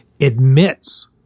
admits